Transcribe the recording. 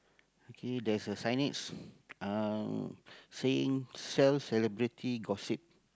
okay there's a signage uh saying sell celebrity gossip